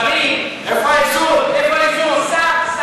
דברי הכנסת חוברת ב' ישיבה קס"א הישיבה